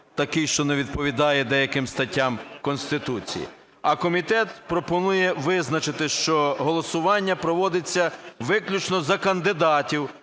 таким, що не відповідає деяким статтям Конституції. А комітет пропонує визначити, що голосування проводиться виключно за кандидатів